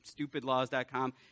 stupidlaws.com